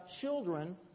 children